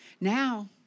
Now